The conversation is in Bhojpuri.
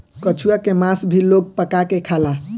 कछुआ के मास भी लोग पका के खाला